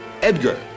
Edgar